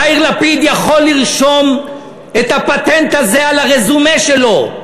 יאיר לפיד יכול לרשום את הפטנט הזה על הרזומה שלו.